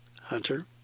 Hunter